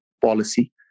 policy